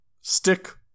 stick